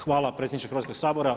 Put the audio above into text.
Hvala predsjedniče Hrvatskog sabora.